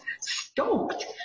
stoked